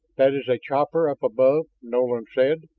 that is a copter up above, nolan said.